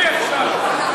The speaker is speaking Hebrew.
להמשיך?